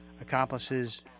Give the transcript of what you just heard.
Accomplices